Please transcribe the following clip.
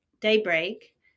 daybreak